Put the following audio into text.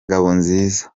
ngabonziza